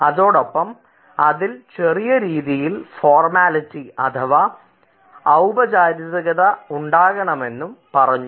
അതോടൊപ്പം അതിൽ ചെറിയ രീതിയിൽ ഫോർമാലിറ്റി അഥവാ ഔപചാരികത ഉണ്ടാകണം എന്നും പറഞ്ഞു